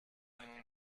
nun